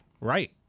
Right